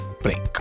break